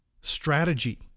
strategy